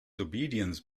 obedience